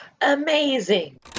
Amazing